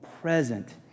present